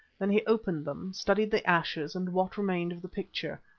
then he opened them, studied the ashes and what remained of the picture,